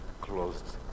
closed